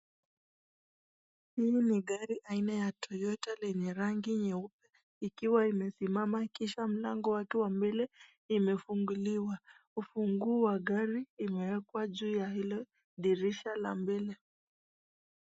Hili ni gari aina ya Toyota lenye rangi nyeupe. Ikiwa imesimama kisha mlango wake wa mbele imefunguliwa ufunguo wa gari imewekwa juu ya hilo dirisha la mbele.